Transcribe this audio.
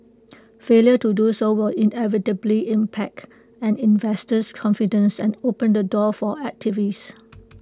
failure to do so will inevitably impact and investor's confidence and open the door for activists